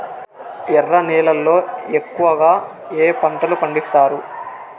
ఎర్ర నేలల్లో ఎక్కువగా ఏ పంటలు పండిస్తారు